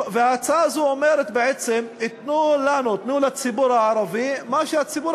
ההצעה הזאת אומרת: תנו לציבור הערבי את מה שהציבור